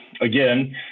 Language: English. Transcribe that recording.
again